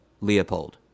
leopold